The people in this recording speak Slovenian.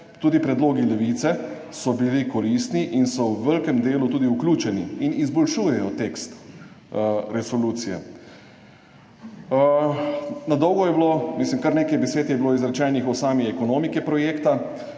Tudi predlogi Levice so bili koristni in so v velikem delu tudi vključeni in izboljšujejo tekst resolucije. Kar nekaj besed je bilo izrečenih o sami ekonomiki projekta.